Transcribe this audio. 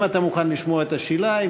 האם אתה מוכן לשמוע את השאלה?